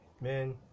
man